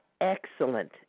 excellent